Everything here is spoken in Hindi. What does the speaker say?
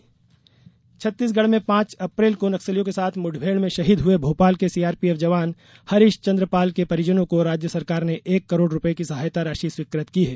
शहीद सहायता राशि छत्तीसगढ़ में पाँच अप्रैल को नक्सलियों के साथ मुठभेड़ में शहीद हुए भोपाल के सीआरपीएफ जवान हरीशचन्द्र पाल के परिजनों को राज्य सरकार ने एक करोड़ रूपये की सहायता राशि स्वीकृत की है